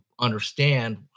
understand